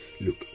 look